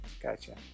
Gotcha